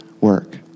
work